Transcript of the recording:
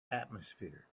atmosphere